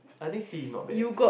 I think sea is not bad